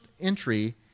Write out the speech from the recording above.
entry